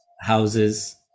houses